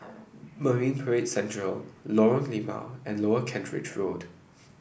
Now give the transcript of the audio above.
Marine Parade Central Lorong Limau and Lower Kent Ridge Road